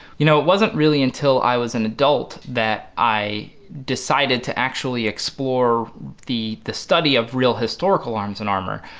you know it wasn't really until i was an adult that i decided to actually explore the the study of real historical arms and armor.